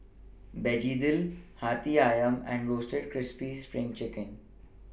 Begedil Hati Ayam and Roasted Crispy SPRING Chicken